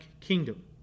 kingdom